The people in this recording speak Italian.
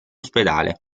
ospedale